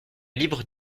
libre